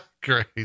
Great